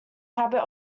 habit